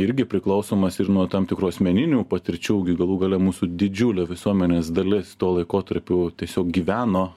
irgi priklausomas ir nuo tam tikrų asmeninių patirčių galų gale mūsų didžiulė visuomenės dalis tuo laikotarpiu tiesiog gyveno